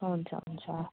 हुन्छ हुन्छ